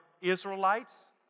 Israelites